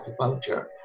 acupuncture